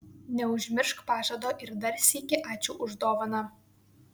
neužmiršk pažado ir dar sykį ačiū už dovaną